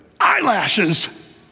eyelashes